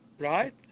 right